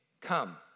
come